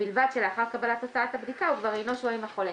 ובלבד שלאחר קבלת תוצאות הבדיקה האמורה הוא כבר אינו שוהה עם החולה".